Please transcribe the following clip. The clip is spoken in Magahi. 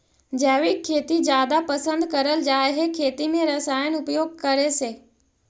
जैविक खेती जादा पसंद करल जा हे खेती में रसायन उपयोग करे से